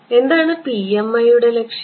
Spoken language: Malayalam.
എന്താണ് PMI യുടെ ലക്ഷ്യം